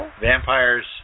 Vampires